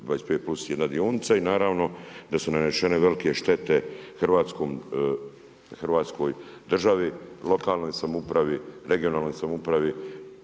25+1 dionica i naravno da su nanesene velike štete Hrvatskoj državi, lokalnoj samoupravi, regionalnoj samoupravi,